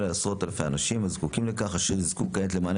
על עשרות אלפי אנשים הזקוקים לכך - אשר יזכו כעת למענה